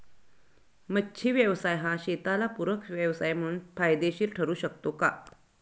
मच्छी व्यवसाय हा शेताला पूरक व्यवसाय म्हणून फायदेशीर ठरु शकतो का?